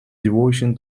devotion